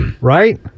Right